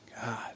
God